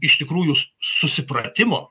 iš tikrųjų susipratimo